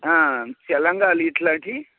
లంగాలు ఇలాంటివి